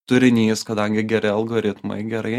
turinys kadangi geri algoritmai gerai